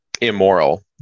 immoral